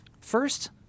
First